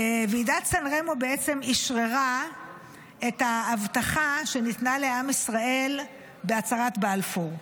ועידת סן רמו בעצם אשררה את ההבטחה שניתנה לעם ישראל בהצהרת בלפור,